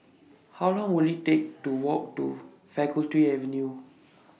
How Long Will IT Take to Walk to Faculty Avenue